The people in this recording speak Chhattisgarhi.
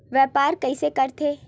व्यापार कइसे करथे?